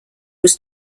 was